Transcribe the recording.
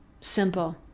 Simple